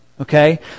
Okay